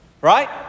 Right